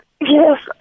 Yes